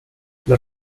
las